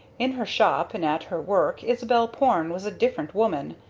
in her shop and at her work isabel porne was a different woman.